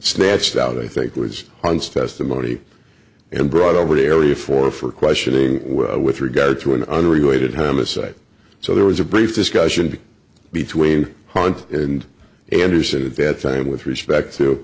snatched out i think was on staff the money and brought over to area for for questioning with regard to an unrelated homicide so there was a brief discussion between hans and anderson at that time with respect to